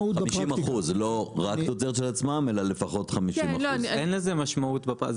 לא רק תוצרת של עצמם, אלא לפחות 50%. מה המשמעות?